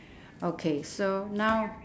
okay so now